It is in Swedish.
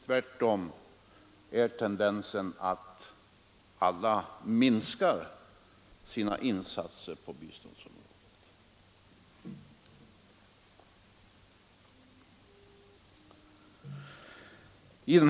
Tvärtom är tendensen att alla minskar sina insåtser på biståndsområdet.